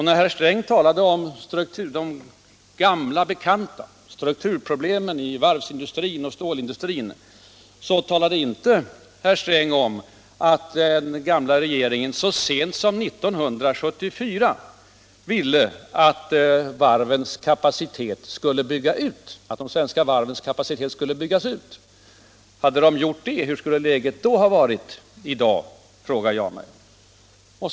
När herr Sträng talade om gamla bekanta — strukturproblemen inom varvsindustrin och stålindustrin — så talade han inte om att den gamla regeringen så sent som år 1974 ville att de svenska varvens kapacitet skulle byggas ut. Om så hade blivit fallet, hur skulle då läget ha varit i dag? frågar jag mig.